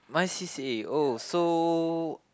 my c_c_a oh so